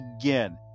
again